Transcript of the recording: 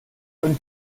und